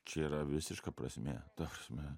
čia yra visiška prasmė ta prasme